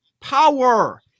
Power